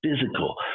physical